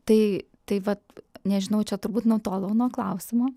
tai tai vat nežinau čia turbūt nutolau nuo klausimo